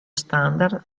standard